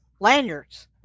lanyards